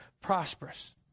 prosperous